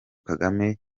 kagame